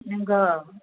नोंगौ